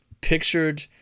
pictured